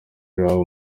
iwabo